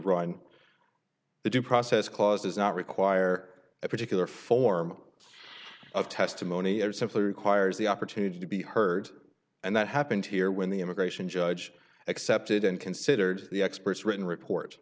the due process clause does not require a particular form of testimony or simply requires the opportunity to be heard and that happened here when the immigration judge accepted and considered the experts written report